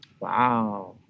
Wow